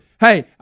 Hey